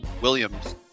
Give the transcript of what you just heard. Williams